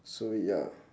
so ya